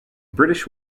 british